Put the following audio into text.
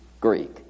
Greek